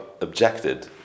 objected